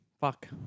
fuck